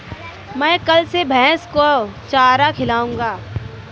मैं कल से भैस को चारा खिलाऊँगा